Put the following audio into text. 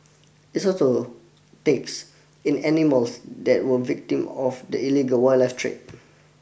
takes in animals that were victim of the illegal wildlife trade